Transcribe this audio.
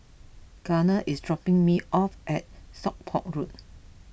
Gardner is dropping me off at Stockport Road